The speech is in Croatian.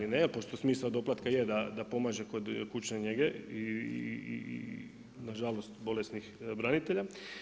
Da ili ne, pošto smisao doplatka je da pomaže kod kućne njege i na žalost bolesnih branitelja.